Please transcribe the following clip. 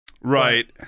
right